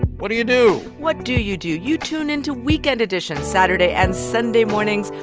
what do you do? what do you do? you tune into weekend edition saturday and sunday mornings.